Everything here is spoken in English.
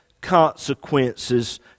consequences